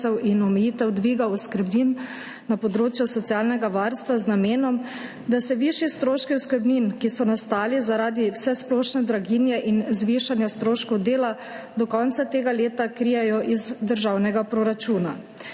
in omejitev dviga oskrbnin na področju socialnega varstva z namenom, da se višji stroški oskrbnin, ki so nastali zaradi vsesplošne draginje in zvišanja stroškov dela, do konca tega leta krijejo iz državnega proračuna.